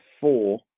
four